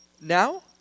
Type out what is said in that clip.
now